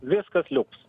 viskas liuks